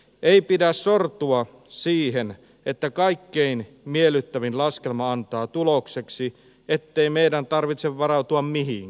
ei pidä sortua siihen että kaikkein miellyttävin laskelma antaa tulokseksi ettei meidän tarvitse varautua mihinkään